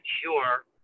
sure